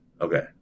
Okay